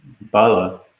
Bala